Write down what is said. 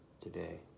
today